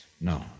No